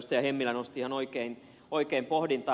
hemmilä nosti ihan oikein pohdintaan